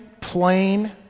plain